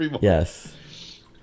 yes